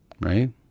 Right